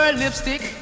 lipstick